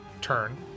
turn